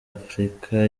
afrika